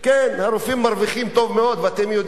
כן, הרופאים מרוויחים טוב מאוד, אתם יודעים?